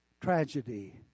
tragedy